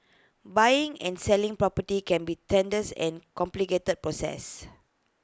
buying and selling property can be tedious and complicated process